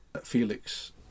Felix